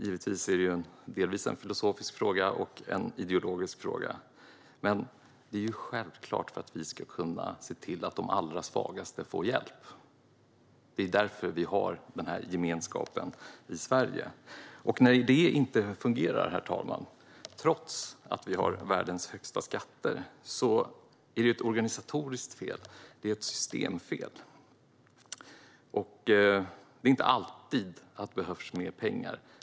Detta är givetvis delvis en filosofisk och en ideologisk fråga, men självklart är det för att vi ska kunna se till att de allra svagaste får hjälp. Det är därför vi har denna gemenskap i Sverige. Och när det inte fungerar, herr talman, trots att vi har världens högsta skatter, finns det ett organisatoriskt fel - ett systemfel. Det är inte alltid mer pengar som behövs.